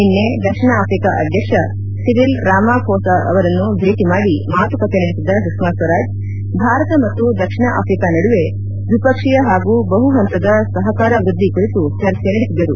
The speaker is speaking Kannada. ನಿನ್ನೆ ದಕ್ಷಿಣ ಆಫ್ರಿಕಾ ಅಧ್ಯಕ್ಷ ಸಿರಿಲ್ ರಾಮಾಘೋಸ ಅವರನ್ನು ಭೇಟ ಮಾಡಿ ಮಾತುಕತೆ ನಡೆಸಿದ ಸುಷ್ಮಾ ಸ್ವರಾಜ್ ಭಾರತ ಮತ್ತು ದಕ್ಷಿಣ ಆಫ್ರಿಕಾ ನಡುವೆ ದ್ವಿಪಕ್ಷೀಯ ಹಾಗೂ ಬಹು ಹಂತದ ಸಹಕಾರ ವೃದ್ದಿ ಕುರಿತು ಚರ್ಚೆ ನಡೆಸಿದರು